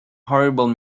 horrible